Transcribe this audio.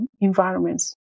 environments